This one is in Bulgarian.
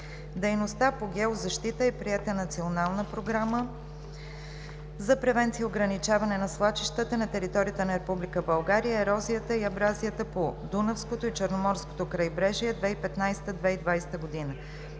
дейностите по геозащита е приета Национална програма за превенция и ограничаване на свлачищата на територията на Република България, ерозията и абразията по Дунавското и Черноморското крайбрежие 2015 – 2020 г.